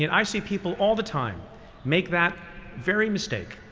and i see people all the time make that very mistake.